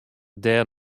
dêr